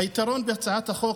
היתרון בהצעת החוק,